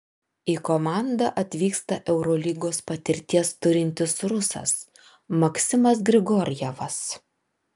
į komandą atvyksta eurolygos patirties turintis rusas maksimas grigorjevas